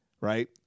right